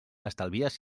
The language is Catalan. estalvies